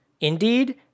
Indeed